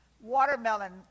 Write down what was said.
watermelon